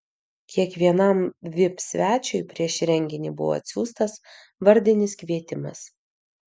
kiekvienam vip svečiui prieš renginį buvo atsiųstas vardinis kvietimas